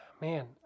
man